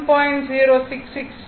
0669 kilowatt